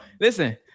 Listen